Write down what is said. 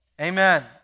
Amen